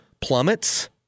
plummets